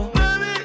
baby